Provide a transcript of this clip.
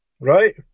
right